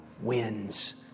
wins